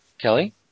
Kelly